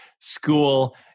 school